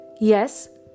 Yes